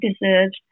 deserves